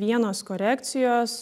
vienos korekcijos